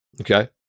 okay